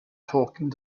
talking